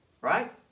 Right